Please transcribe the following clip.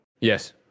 Yes